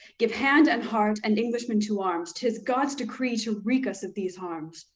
give hand and heart, and englishmen to arms, tis god's decree to wreak us of these harms.